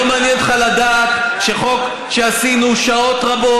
לא מעניין אותך לדעת שחוק שעשינו שעות רבות,